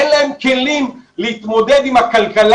אין להם כלים להתמודד עם הכלכלה.